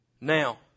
Now